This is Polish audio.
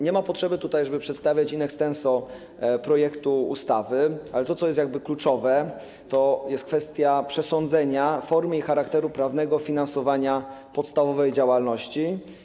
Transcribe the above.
Nie ma tutaj potrzeby, żeby przedstawiać in extenso projekt ustawy, ale to, co jest kluczowe, to jest kwestia przesądzenia formy i charakteru prawnego finansowania podstawowej działalności.